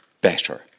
better